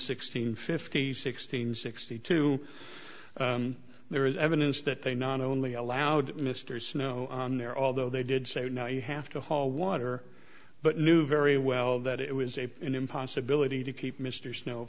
sixteen fifty sixteen sixty two there is evidence that they not only allowed mr snow on there although they did say now you have to haul water but knew very well that it was a an impossibility to keep mr snow